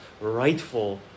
rightful